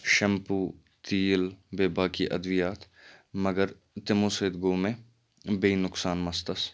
shampoo تیٖل تہٕ بیٚیہِ باقٕے اَدوِیات مَگر تِمو سۭتۍ گوٚو مےٚ بیٚیہِ نۄقصان مَستَس